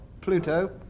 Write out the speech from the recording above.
Pluto